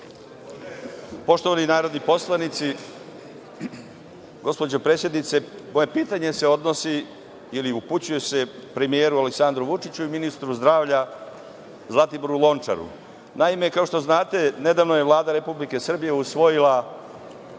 Poštovani narodni poslanici, gospođo predsednice, moje pitanje se odnosi ili upućuje se premijeru Aleksandru Vučiću i ministru zdravlja Zlatiboru Lončaru. Naime, kao što znate, nedavno je Vlada Republike Srbije usvojila